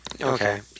Okay